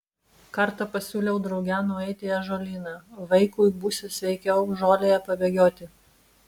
kartą pasiūliau drauge nueiti į ąžuolyną vaikui būsią sveikiau žolėje pabėgioti